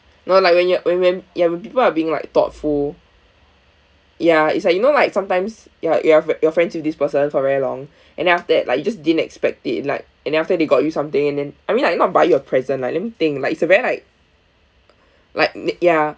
no like when you when when when people are being like thoughtful ya it's like you know like sometimes you're you're you're friends with this person for very long enough and then like after that you just didn't expect it like and then after that they got you something and then I mean like not buy you a present like let me think like it's a very like like ya